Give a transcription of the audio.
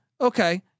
Okay